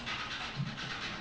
chesukko damn time legit